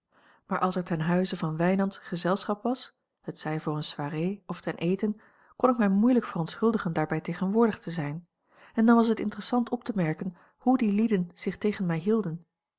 maar als er ten huize van wijnands gezelschap was hetzij voor eene soirée of ten eten kon ik mij moeilijk verontschuldigen daarbij tegenwoordig te zijn en dan was het interessant op te merken hoe die lieden zich tegen mij hielden